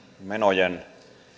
menojen